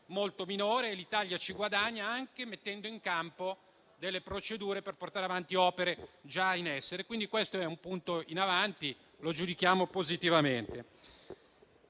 molto minore e l'Italia ci guadagna anche mettendo in campo delle procedure per portare avanti opere già in essere. Questo è quindi un passo in avanti che giudichiamo positivamente.